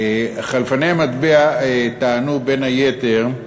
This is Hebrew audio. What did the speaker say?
חלפני המטבע טענו, בין היתר,